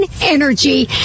energy